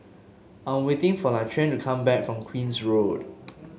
I'm waiting for Laquan to come back from Queen's Road